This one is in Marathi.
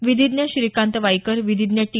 विधीज्ञ श्रीकांत वाईकर विधीज्ञ टी